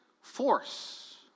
force